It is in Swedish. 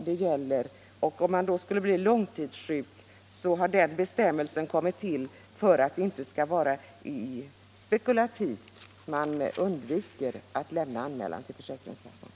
Att man över huvud taget har en sådan gräns beror på att man vill undvika att de försäkrade spekulerar i att underlåta att göra anmälan till försäkringskassan.